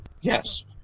Yes